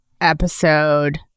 episode